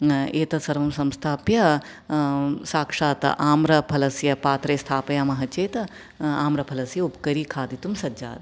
एतत्सर्वं संस्थाप्य साक्षात् आम्रफलस्य पात्रे स्थापयामः चेत् आम्रफलस्य उप्करी खादितुं सज्जा भवति